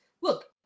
look